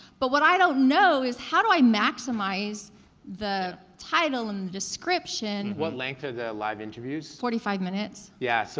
but what i don't know is how do i maximize the title and the description what length are the live interviews? forty five minutes. yeah, so